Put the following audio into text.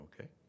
okay